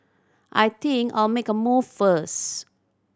I think I'll make a move first